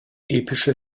epische